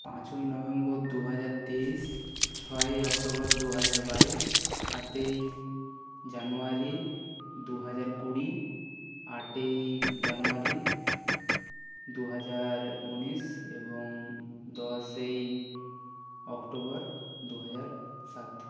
পাঁচই নভেম্বর দু হাজার তেইশ ছয়ই অক্টোবর দু হাজার বাইশ সাতই জানুয়ারি দু হাজার কুড়ি আটই জানুয়ারি দু হাজার উনিশ এবং দশই অক্টোবর দু হাজার সাত